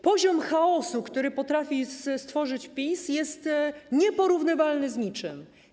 Poziom chaosu, który potrafi stworzyć PiS, jest nieporównywalny z niczym.